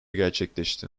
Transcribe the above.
gerçekleşti